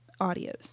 audios